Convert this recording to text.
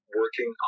working